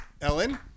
Ellen